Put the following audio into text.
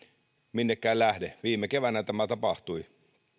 minnekään lähde viime keväänä tämä tapahtui